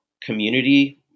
community